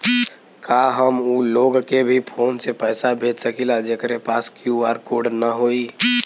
का हम ऊ लोग के भी फोन से पैसा भेज सकीला जेकरे पास क्यू.आर कोड न होई?